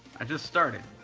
i just started.